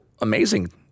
amazing